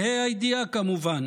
בה"א הידיעה, כמובן,